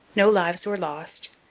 no lives were lost,